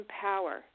power